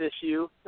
issue